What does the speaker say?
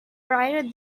brighter